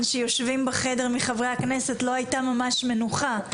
שיושבים בחדר מחברי הכנסת לא הייתה ממש מנוחה,